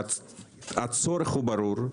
הצורך הוא ברור.